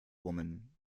woman